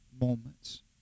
moments